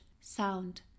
sound